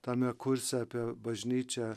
tame kurse apie bažnyčią